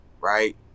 right